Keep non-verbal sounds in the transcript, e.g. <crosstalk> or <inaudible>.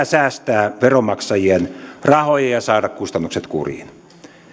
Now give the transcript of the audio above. <unintelligible> säästää veronmaksajien rahoja ja saada kustannukset kuriin